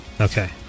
Okay